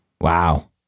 Wow